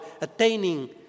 attaining